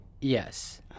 Yes